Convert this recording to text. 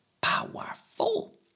powerful